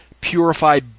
purify